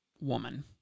woman